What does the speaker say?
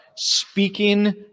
Speaking